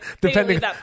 Depending